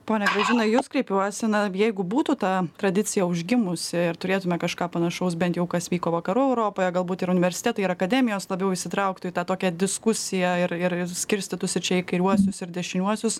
ponia gražina į jus kreipiuosi na jeigu būtų ta tradicija užgimusi ir turėtume kažką panašaus bent jau kas vyko vakarų europoje galbūt ir universitetai ir akademijos labiau įsitrauktų į tą tokią diskusiją ir ir ir skirstytųsi čia į kairiuosius ir dešiniuosius